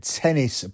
tennis